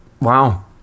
Wow